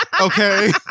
okay